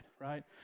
right